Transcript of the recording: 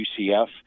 UCF –